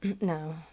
No